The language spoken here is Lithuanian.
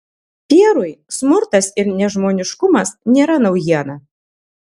pierui smurtas ir nežmoniškumas nėra naujiena